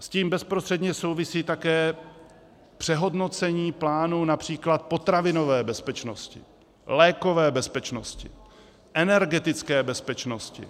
S tím bezprostředně souvisí také přehodnocení plánu například potravinové bezpečnosti, lékové bezpečnosti, energetické bezpečnosti.